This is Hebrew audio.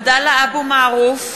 (קוראת בשמות חברי הכנסת) עבדאללה אבו מערוף,